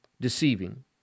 deceiving